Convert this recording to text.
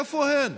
איפה הן?